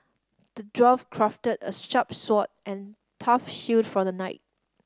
the dwarf crafted a sword and a tough shield for the knight